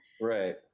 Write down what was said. Right